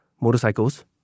motorcycles